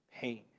pain